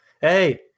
Hey